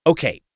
Okay